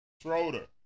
Schroeder